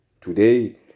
Today